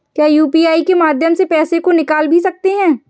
क्या यू.पी.आई के माध्यम से पैसे को निकाल भी सकते हैं?